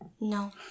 No